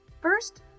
First